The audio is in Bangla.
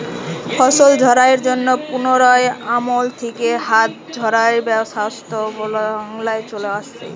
ফসল ঝাড়াইয়ের জন্যে পুরোনো আমল থিকে হাত ঝাড়াইয়ের ব্যবস্থা বাংলায় চলে আসছে